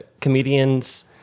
comedian's